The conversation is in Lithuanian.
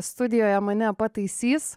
studijoje mane pataisys